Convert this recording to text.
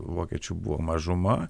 vokiečių buvo mažuma